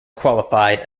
qualified